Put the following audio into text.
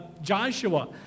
Joshua